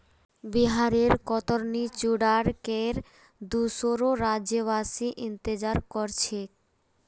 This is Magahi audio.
बिहारेर कतरनी चूड़ार केर दुसोर राज्यवासी इंतजार कर छेक